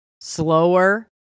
slower